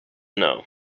know